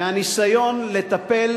מהניסיון לטפל